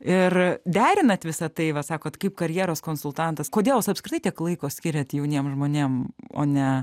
ir derinat visą tai va sakot kaip karjeros konsultantas kodėl jūs apskritai tiek laiko skiriat jauniem žmonėm o ne